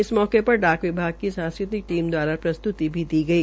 इस मौके पर डाक विभाग की सांस्कृतक टीम दवारा प्रस्तृति भी दी गई